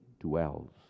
dwells